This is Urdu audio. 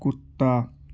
کتا